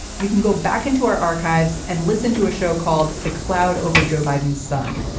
you can go back into our archives and listen to a show called the cloud over joe biden's son.